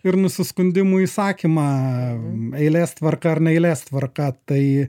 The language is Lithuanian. ir nusiskundimų išsakymą eilės tvarka ar ne eilės tvarka tai